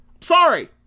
Sorry